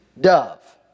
dove